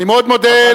אני מאוד מודה.